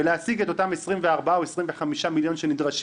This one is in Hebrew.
ולהשיג את אותם 24 או 25 מיליון שנדרשים